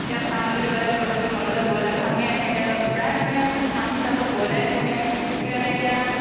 এতিয়া ফাৰ্ম বুলি ক'লে আমি পটককৈ মনলৈ ব্ৰয়লাৰ ফাৰ্মেই আহে এতিয়া প্ৰায় মানুহেটো ফাৰ্ম হিচাপত ব্ৰয়লাৰে পোহে সেইকাৰণে এতিয়া